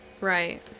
Right